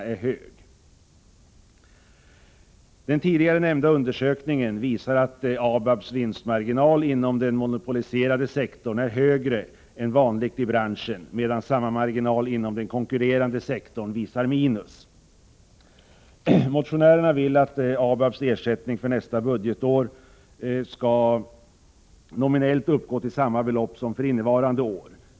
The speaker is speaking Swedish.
Den nämnda utredningen visar att ABAB:s vinstmarginal inom den monopoliserade sektorn är högre än den som är vanlig i branschen, medan samma marginal inom den konkurrerande sektorn visar på minus. Motionärerna vill att ABAB:s ersättning för nästa budgetår nominellt skall uppgå till samma belopp som för innevarande år.